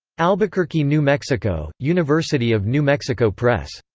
albuquerque, new mexico university of new mexico press.